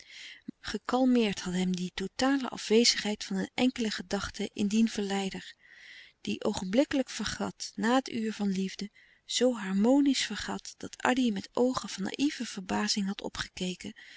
gekalmeerd had hem die totale afwezigheid van een enkele gedachte in dien verleider die oogenblikkelijk vergat na het uur van liefde zoo harmonisch vergat dat addy met oogen van naïve verbazing had opgekeken